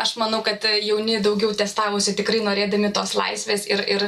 aš manau kad jauni daugiau testavosi tikrai norėdami tos laisvės ir ir